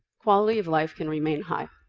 quality of life can remain high.